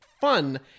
fun